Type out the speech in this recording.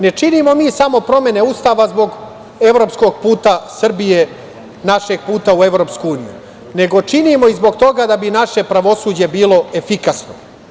Ne činimo mi samo promene Ustava zbog evropskog puta Srbije našeg puta u EU, nego činimo i zbog toga da bi naše pravosuđe bilo efikasno.